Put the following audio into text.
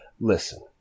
listen